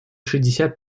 шестьдесят